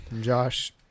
Josh